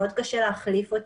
מאוד קשה להחליפן,